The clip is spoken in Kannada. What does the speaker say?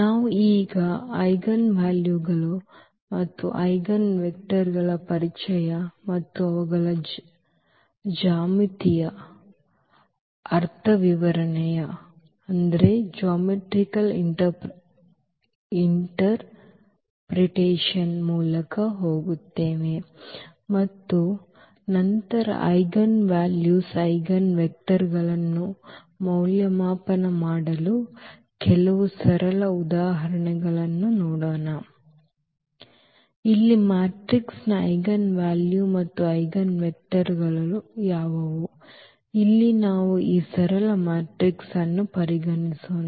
ನಾವು ಈ ಐಜೆನ್ವಾಲ್ಯೂಗಳು ಮತ್ತು ಐಜೆನ್ವೆಕ್ಟರ್ಗಳ ಪರಿಚಯ ಮತ್ತು ಅವುಗಳ ಜ್ಯಾಮಿತೀಯ ಅರ್ಥವಿವರಣೆಯ ಮೂಲಕ ಹೋಗುತ್ತೇವೆ ಮತ್ತು ನಂತರ ಐಜೆನ್ ವ್ಯಾಲ್ಯೂಸ್ ಮತ್ತು ಐಜೆನ್ವೆಕ್ಟರ್ಗಳನ್ನು ಮೌಲ್ಯಮಾಪನ ಮಾಡಲು ಕೆಲವು ಸರಳ ಉದಾಹರಣೆಗಳನ್ನು ನೋಡೋಣ ಇಲ್ಲಿ ಮ್ಯಾಟ್ರಿಕ್ಸ್ನ ಐಜೆನ್ ವ್ಯಾಲ್ಯೂಗಳು ಮತ್ತು ಐಜೆನ್ವೆಕ್ಟರ್ಗಳು ಯಾವುವು ಇಲ್ಲಿ ನಾವು ಈ ಸರಳ ಮ್ಯಾಟ್ರಿಕ್ಸ್ ಅನ್ನು ಇಲ್ಲಿ ಪರಿಗಣಿಸೋಣ